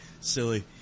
Silly